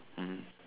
mmhmm